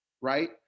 right